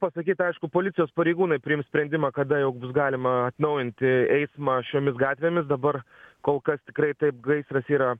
pasakyt aišku policijos pareigūnai priims sprendimą kada jau bus galima atnaujinti eismą šiomis gatvėmis dabar kol kas tikrai taip gaisras yra